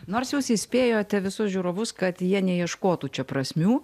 nors jūs įspėjote visus žiūrovus kad jie neieškotų čia prasmių